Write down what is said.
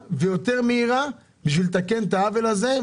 ויותר מהירה בשביל לתקן את העוול הזה.